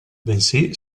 bensì